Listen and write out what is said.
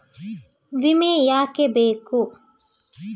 ವಿಮೆ ಯಾಕೆ ಬೇಕು?